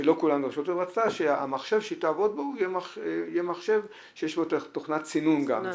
היא רצתה שהמחשב שהיא תעבוד בו יהיה מחשב שיש בו תוכנת סינון גם.